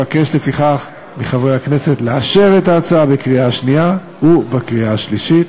אבקש לפיכך מחברי הכנסת לאשר את ההצעה בקריאה שנייה ובקריאה שלישית.